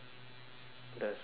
there's a lady there